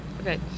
Okay